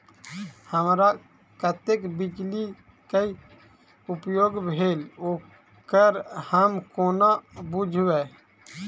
हमरा कत्तेक बिजली कऽ उपयोग भेल ओकर हम कोना बुझबै?